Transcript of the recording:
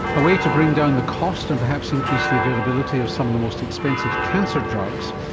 a way to bring down the cost and perhaps increase the availability of some of the most expensive cancer drugs.